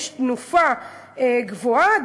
יש תנופה גבוהה,